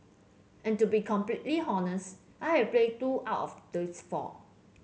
and to be completely honest I have played two out of these four